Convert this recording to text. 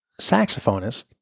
saxophonist